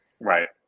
Right